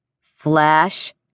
Flash